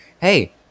hey